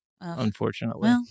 unfortunately